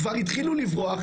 כבר התחילו לברוח,